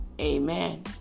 Amen